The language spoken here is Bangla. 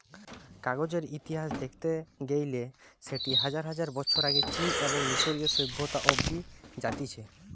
কাগজের ইতিহাস দেখতে গেইলে সেটি হাজার হাজার বছর আগে চীন এবং মিশরীয় সভ্যতা অব্দি জাতিছে